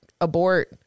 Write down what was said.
Abort